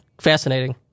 fascinating